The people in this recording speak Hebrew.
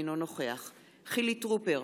אינו נוכח חילי טרופר,